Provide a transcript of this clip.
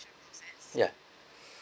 ya